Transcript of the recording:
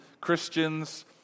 Christians